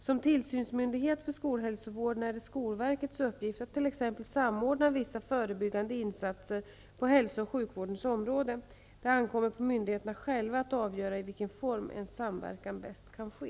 Som tillsynsmyndighet för skolhälsovården är det skolverkets uppgift att t.ex. samordna vissa förebyggande insatser på hälso och sjukvårdens område. Det ankommer på myndigheterna själva att avgöra i vilken form en samverkan bäst kan ske.